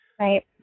Right